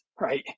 right